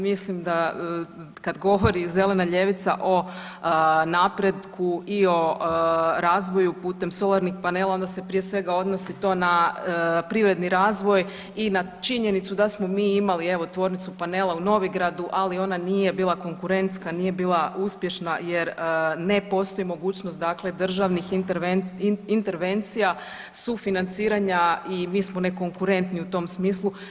Mislim da kad govori zelena ljevica o napretku i o razvoju putem solarnih panela, onda se prije svega odnosi to na privredni razvoj i na činjenicu da smo mi imali, evo, tvornicu panela u Novigradu, ali ona nije bila konkurentska, nije bila uspješna jer ne postoji mogućnost dakle, državnih intervencija sufinanciranja i mi smo nekonkurentni u tom smislu.